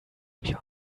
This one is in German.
wir